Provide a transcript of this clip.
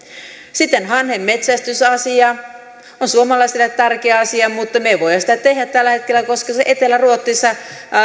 sitten hanhenmetsästysasia on suomalaisille tärkeä asia mutta me emme voi sitä tehdä tällä hetkellä koska etelä ruotsissa